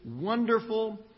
wonderful